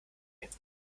gehen